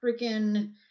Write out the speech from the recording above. freaking